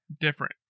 different